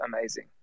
amazing